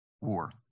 war